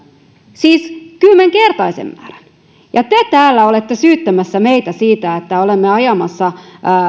siis kymmenkertaisen määrän ja te täällä olette syyttämässä meitä siitä että olemme ajamassa